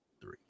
three